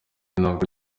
nubwo